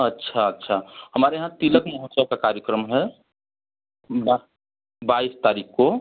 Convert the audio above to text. अच्छा अच्छा हमारे यहाँ तिलक महोत्सव का कार्यक्रम है बा बाईस तारीख को